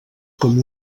com